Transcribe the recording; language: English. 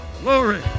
Glory